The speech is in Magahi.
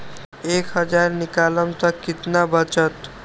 एक हज़ार निकालम त कितना वचत?